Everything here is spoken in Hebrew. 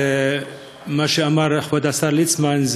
ומה שאמר כבוד השר ליצמן,